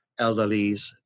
elderlies